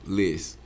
list